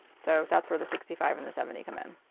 so, that's where the sixty five and the seventy come in.